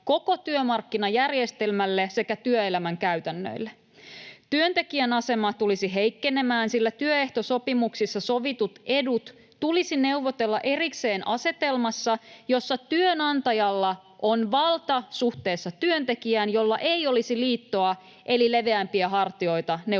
koko työmarkkinajärjestelmälle sekä työelämän käytännöille. Työntekijän asema tulisi heikkenemään, sillä työehtosopimuksissa sovitut edut tulisi neuvotella erikseen asetelmassa, jossa työnantajalla on valta suhteessa työntekijään, jolla ei olisi liittoa eli leveämpiä hartioita neuvottelun